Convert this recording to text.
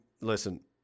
listen